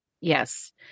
Yes